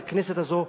לכנסת הזאת,